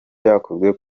byakoze